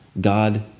God